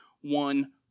one